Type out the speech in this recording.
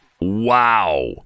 Wow